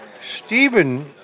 Stephen